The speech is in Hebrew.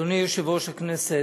אדוני יושב-ראש הכנסת,